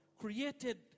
created